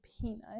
Peanut